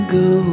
go